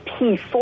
P4